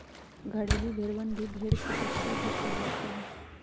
घरेलू भेड़वन भी भेड़ के सबसे अधिक प्रजाति हई